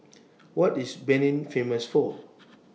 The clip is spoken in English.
What IS Benin Famous For